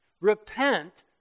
Repent